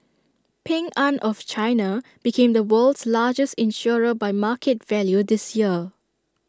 Ping an of China became the world's largest insurer by market value this year